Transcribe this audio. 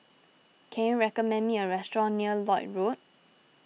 can you recommend me a restaurant near Lloyd Road